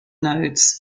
nodes